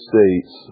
States